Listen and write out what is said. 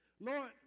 Lord